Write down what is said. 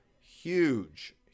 huge